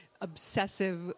obsessive